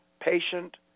patient